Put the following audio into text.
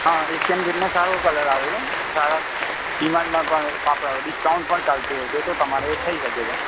હા એશિયન પેઈન્ટનો સારો કલર આવે છે સારા ડિમાન્ડમાં પણ આપણે ડિસ્કાઉન્ટ પણ ચાલતું હોય છે તો તમારે એ થઈ શકે છે